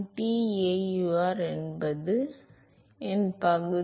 taur என்பது எந்த பகுதியில் நடிப்பது எந்த பகுதி